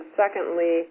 secondly